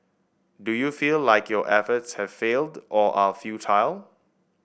do you feel like your efforts have failed or are futile